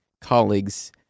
colleagues